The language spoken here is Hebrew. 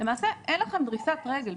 למעשה אין לכם דריסת רגל.